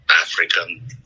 African